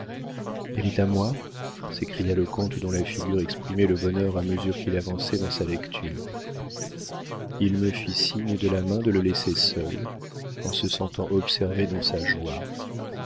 elle est à moi s'écria le comte dont la figure exprimait le bonheur à mesure qu'il avançait dans sa lecture il me fit signe de la main de le laisser seul en se sentant observé dans sa joie